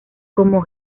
como